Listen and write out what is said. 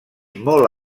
molt